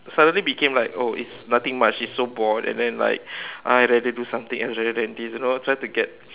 suddenly became like oh it's nothing much it's so bored and then like I rather do something else rather than this you know try to get